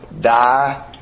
die